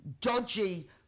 dodgy